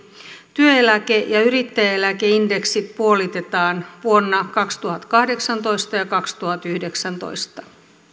työeläke ja yrittäjäeläkeindeksi puolitetaan vuonna kaksituhattakahdeksantoista ja kaksituhattayhdeksäntoista